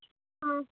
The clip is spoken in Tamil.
ஆ